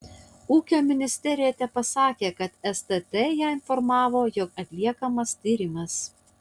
ūkio ministerija tepasakė kad stt ją informavo jog atliekamas tyrimas